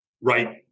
Right